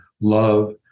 love